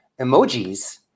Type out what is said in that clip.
emojis